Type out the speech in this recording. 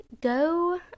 go